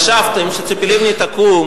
שחשבתם שתקום,